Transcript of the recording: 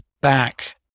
back